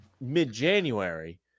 mid-January